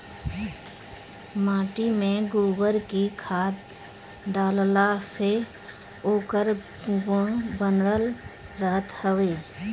माटी में गोबर के खाद डालला से ओकर गुण बनल रहत हवे